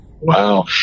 wow